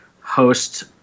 host